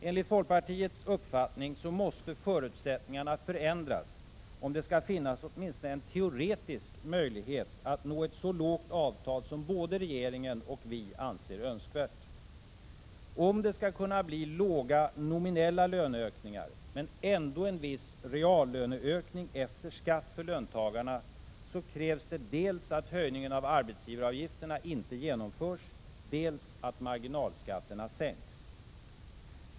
Enligt folkpartiets uppfattning måste förutsättningarna förändras om det skall finnas åtminstone en teoretisk möjlighet att nå ett så lågt avtal som både regeringen och vi anser önskvärt. Om det skall kunna bli låga nominella löneökningar men ändå en viss reallöneökning efter skatt för löntagarna krävs dels att höjningen av arbetsgivaravgifterna inte genomförs, dels att marginalskatterna sänks.